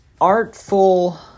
artful